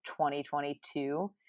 2022